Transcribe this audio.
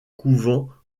couvents